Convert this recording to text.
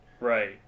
Right